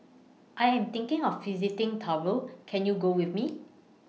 I Am thinking of visiting Tuvalu Can YOU Go with Me